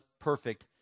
perfect